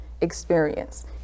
experience